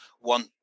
one